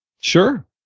Sure